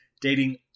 dating